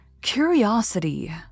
Curiosity